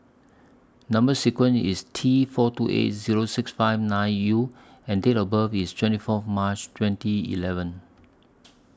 Number sequence IS T four two eight Zero six five nine U and Date of birth IS twenty Fourth March twenty eleven